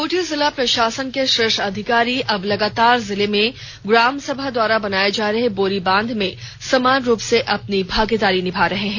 खूंटी जिला प्रशासन के शीर्ष अधिकारी अब लगातार जिले में ग्रामसभा द्वारा बनाये जा रहे बोरीबांध में समान रूप से अपनी भागीदारी निभा रहे हैं